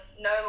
No